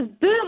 boom